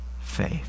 faith